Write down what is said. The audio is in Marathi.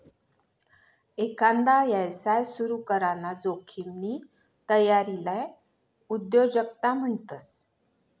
एकांदा यवसाय सुरू कराना जोखिमनी तयारीले उद्योजकता म्हणतस